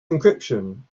encryption